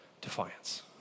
defiance